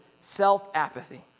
self-apathy